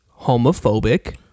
Homophobic